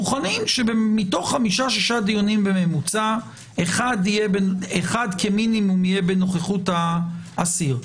שמתוך חמישה-שישה דיונים בממוצע - אחד כמינימום יהיה בנוכחות האסיר.